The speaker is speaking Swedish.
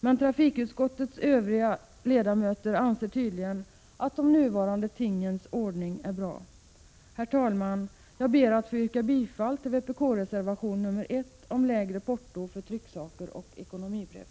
Men trafikutskottets övriga ledamöter anser tydligen att den nuvarande tingens ordning är bra. Herr talman! Jag ber att få yrka bifall till vpk-reservation nr 1 om lägre porto för trycksaker och ekonomibrev.